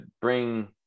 bring